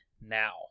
now